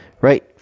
Right